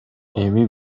эми